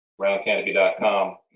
Roundcanopy.com